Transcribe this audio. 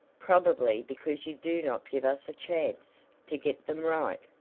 probably because you do not give us a chance to get them right,